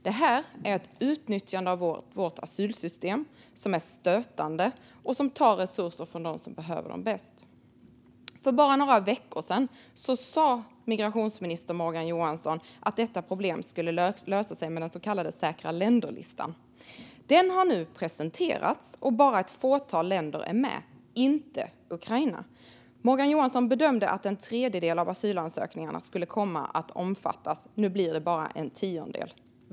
Det här är ett utnyttjande av vårt asylsystem som är stötande och som tar resurser från dem som behöver dem bäst. För bara några veckor sedan sa migrationsminister Morgan Johansson att detta problem skulle lösa sig med den så kallade säkra länder-listan. Den har nu presenterats, och bara ett fåtal länder är med - inte Ukraina. Morgan Johansson bedömde att en tredjedel av asylansökningarna skulle komma att omfattas. Nu blir det bara en tiondel.